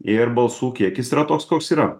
ir balsų kiekis yra toks koks yra